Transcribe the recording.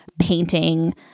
painting